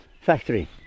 factory